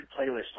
playlist